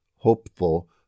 hopeful